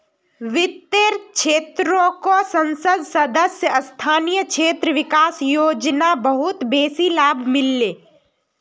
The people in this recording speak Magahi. वित्तेर क्षेत्रको संसद सदस्य स्थानीय क्षेत्र विकास योजना बहुत बेसी लाभ मिल ले